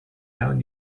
down